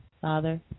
father